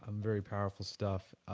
ah very powerful stuff.